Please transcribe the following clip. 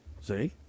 see